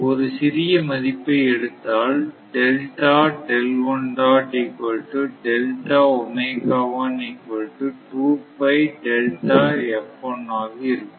ஒரு சிறிய மதிப்பை எடுத்தால் ஆக இருக்கும்